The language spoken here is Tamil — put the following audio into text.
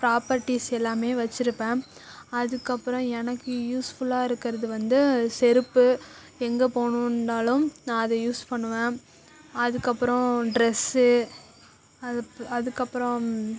ப்ராப்பர்டிஸ் எல்லாமே வச்சுருப்பேன் அதுக்கப்புறம் எனக்கு யூஸ்ஃபுல்லாக இருக்கிறது வந்து செருப்பு எங்கே போகணுனாலும் நான் அதை யூஸ் பண்ணுவேன் அதுக்கப்புறம் ட்ரெஸ்ஸு அது அதுக்கப்புறம்